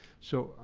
so,